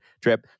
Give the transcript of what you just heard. trip